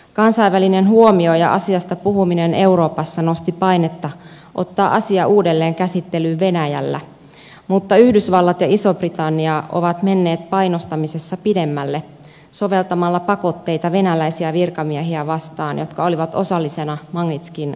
kansainvälinen huomio ja asiasta puhuminen euroopassa nosti painetta ottaa asia uudelleen käsittelyyn venäjällä mutta yhdysvallat ja iso britannia ovat menneet painostamisessa pidemmälle soveltamalla pakotteita venäläisiä virkamiehiä vastaan jotka olivat osallisena magnitskin kuolemaan